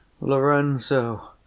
Lorenzo